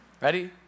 Ready